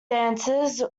dances